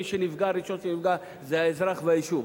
ומי שנפגע ראשון כמובן זה האזרח מהיישוב.